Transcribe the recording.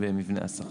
במבנה השכר.